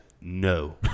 No